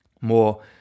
more